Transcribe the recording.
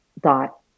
dot